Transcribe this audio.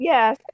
Yes